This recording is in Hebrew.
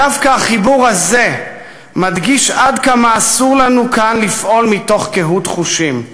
דווקא החיבור הזה מדגיש עד כמה אסור לנו כאן לפעול מתוך קהות חושים.